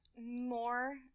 more